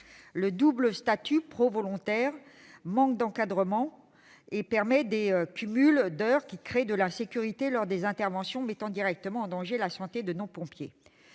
Le double statut professionnel et volontaire manque d'encadrement et permet des cumuls d'heures qui créent de l'insécurité lors des interventions, mettant directement en danger la santé de nos pompiers.